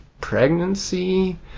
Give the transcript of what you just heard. pregnancy